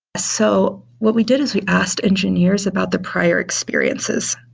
so what we did is we asked engineers about the prior experiences.